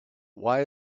why